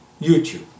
YouTube